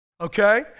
Okay